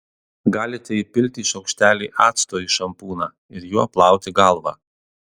galite įpilti šaukštelį acto į šampūną ir juo plauti galvą